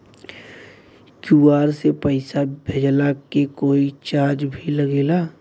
QR से पैसा भेजला के कोई चार्ज भी लागेला?